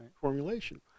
formulation